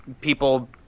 people